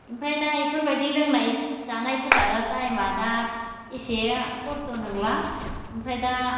ओमफ्राय दा बेफोरबायदि लोंनाय जानायफोरा आरो टाइमआ दा एसे खस्थ' नंला ओमफ्राय दा